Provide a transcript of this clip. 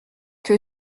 que